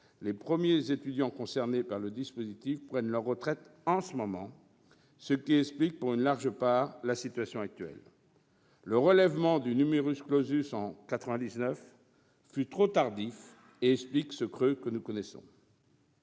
les premiers étudiants concernés par le fameux instauré en 1971 prennent leur retraite en ce moment, ce qui explique, pour une large part, la situation actuelle. Le relèvement du en 1999 fut trop tardif et explique le creux que nous connaissons.